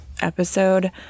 episode